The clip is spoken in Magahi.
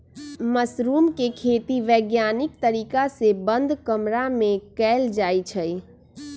मशरूम के खेती वैज्ञानिक तरीका से बंद कमरा में कएल जाई छई